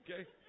Okay